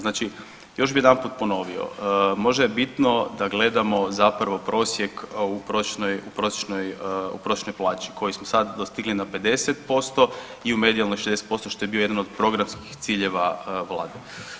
Znači još bih jedanput ponovio možda je bitno da gledamo zapravo prosjek u prosječnoj plaći koji smo sad dostigli na 50% i u medijalnoj 60% što je bio jedan od programskih ciljeva vlade.